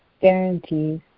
guarantees